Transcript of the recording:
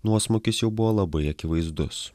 nuosmukis jau buvo labai akivaizdus